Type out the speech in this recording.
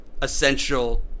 essential